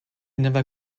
never